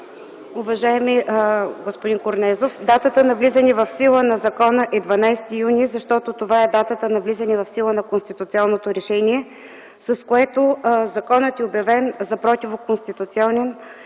Уважаеми господин Корнезов, датата на влизане в сила на закона е 12 юни, защото това е датата на влизане в сила на конституционното решение, с което законът е обявен за противоконституционен.